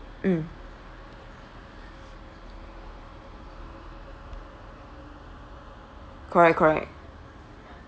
mm correct correct